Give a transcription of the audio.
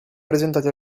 presentati